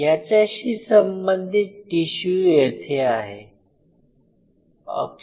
याच्याशी संबंधित टिशू येथे आहे